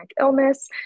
illness